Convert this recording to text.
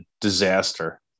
disaster